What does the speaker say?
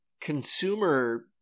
consumer